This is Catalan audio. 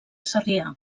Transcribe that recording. sarrià